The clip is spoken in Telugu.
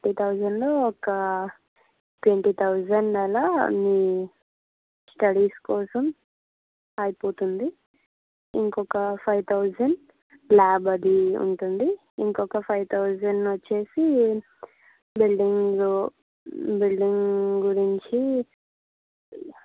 త్రీ థౌసండ్లో ఒక ట్వంటీ థౌసండ్ అలా నీ స్టడీస్ కోసం అయిపోతుంది ఇంకొక ఫైవ్ థౌసండ్ ల్యాబ్ అది ఉంటుంది ఇంకొక ఫైవ్ థౌసండ్ వచ్చి బిల్డింగు బిల్డింగ్ గురించి